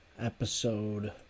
episode